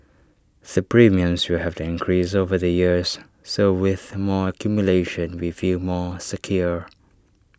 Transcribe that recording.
the premiums will have to increase over the years so with more accumulation we feel more secure